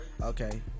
Okay